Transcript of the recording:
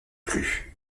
plus